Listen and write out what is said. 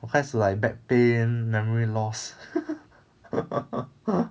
我开始 like back pain memory loss